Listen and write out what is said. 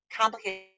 complicated